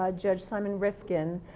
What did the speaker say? ah judge simon rivken,